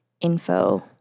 info